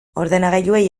ordenagailuei